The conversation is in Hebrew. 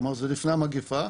כלומר זה לפני המגיפה,